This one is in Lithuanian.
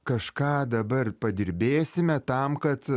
kažką dabar padirbėsime tam kad